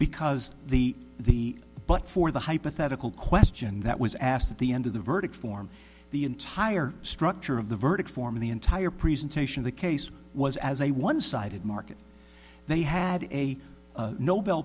because the the but for the hypothetical question that was asked at the end of the verdict form the entire structure of the verdict form the entire presentation of the case was as a one sided market they had a